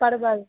परवल